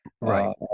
Right